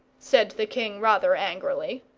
said the king, rather angrily.